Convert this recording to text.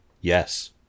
Yes